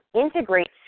integrate